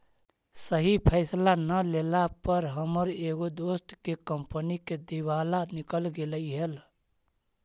सही फैसला न लेला पर हमर एगो दोस्त के कंपनी के दिवाला निकल गेलई हल